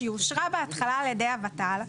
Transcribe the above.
שהיא אושרה בהתחלה על ידי הות"ל.